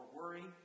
worry